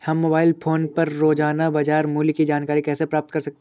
हम mobile phone पर रोजाना बाजार मूल्य की जानकारी कैसे प्राप्त कर सकते हैं?